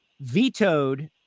vetoed